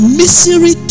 misery